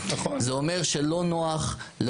זה א ומר שנוח לו,